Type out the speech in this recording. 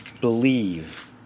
believe